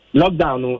lockdown